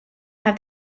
have